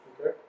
Okay